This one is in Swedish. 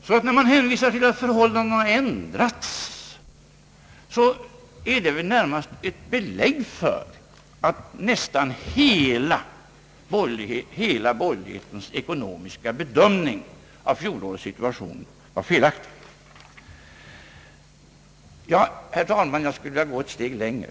När man alltså nu hänvisar till att förhållandena har ändrats är det närmast ett belägg för att nästan hela borgerlighetens ekonomiska bedömning av fjolårets situation var felaktig. Herr talman! Jag skulle vilja gå ett steg längre.